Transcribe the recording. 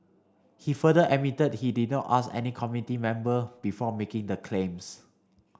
he further admitted he did not ask any committee member before making the claims